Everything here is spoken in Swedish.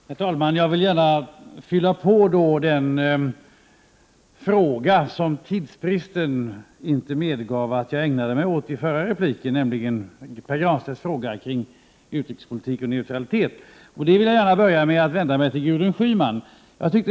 Herr talman! Jag vill gärna fylla på beträffande den fråga som tidsfristen inte medgav att jag ägnade mig åt i mitt förra inlägg. Det gäller Pär Granstedts fråga om utrikespolitik och neutralitet. Jag vill börja med att vända mig till Gudrun Schyman.